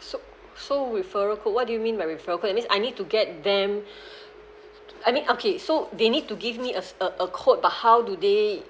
so so referral code what do you mean by referral code that means I need to get them I mean okay so they need to give me a s~ a a code how do they